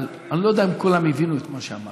אבל אני לא יודע אם כולם הבינו את מה שאמרת.